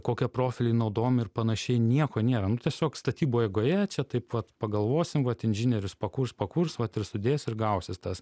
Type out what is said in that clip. kokie profiliai naudojami ir panašiai nieko nėra nu tiesiog statybų eigoje čia taip vat pagalvosim vat inžinierius pakurs pakurs vat ir sudės ir gausis tas